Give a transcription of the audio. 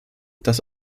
das